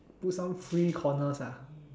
put some free corners ah